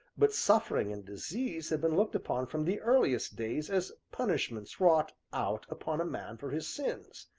but suffering and disease have been looked upon from the earliest days as punishments wrought out upon a man for his sins.